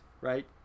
right